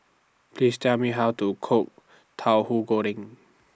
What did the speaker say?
Please Tell Me How to Cook Tauhu Goreng